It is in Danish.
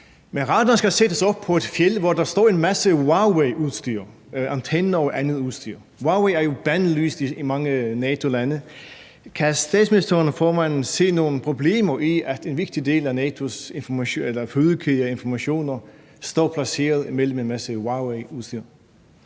radaren skal sættes op på et fjeld, hvor der står en masse Huaweiudstyr såsom antenner og andet udstyr. Huawei er jo bandlyst i mange NATO-lande. Kan statsministeren og formanden for Socialdemokratiet se nogle problemer ved, at en vigtig del af NATO's fødekæde af informationer står placeret mellem en masse Huaweiudstyr?